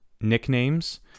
nicknames